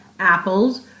Apples